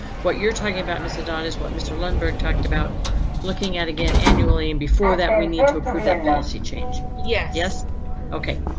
what you're talking about. mr dot is what mr. lundberg talked about looking at again annually, and before that we need to approve that policy change. yeah yes, yes ok,